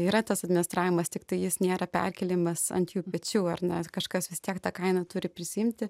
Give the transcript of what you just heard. yra tas administravimas tiktai jis nėra perkėlimas ant jų pečių ar ne kažkas vis tiek tą kainą turi prisiimti